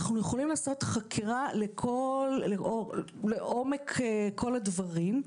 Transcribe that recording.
אנחנו יכולים לעשות חקירה לעומק כל הדברים.